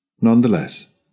Nonetheless